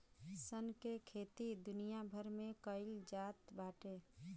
सन के खेती दुनिया भर में कईल जात बाटे